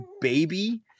baby